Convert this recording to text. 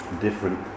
different